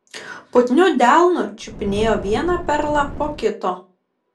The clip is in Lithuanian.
putniu delnu čiupinėjo vieną perlą po kito